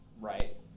Right